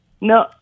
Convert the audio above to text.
No